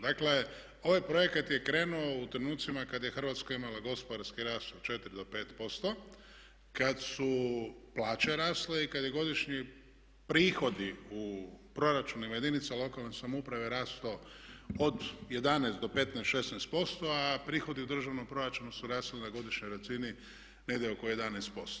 Dakle, ovaj projekt je krenuo u trenucima kad je Hrvatska imala gospodarski rast od 4 do 5%, kad su plaće rasle i kad su godišnji prihodi u proračunima jedinica lokalne samouprave rasli od 11 do 15, 16% a prihodi u državnom proračunu su rasli na godišnjoj razini negdje oko 11%